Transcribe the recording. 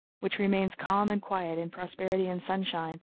which remains calm and quiet in prosperity and sunshine,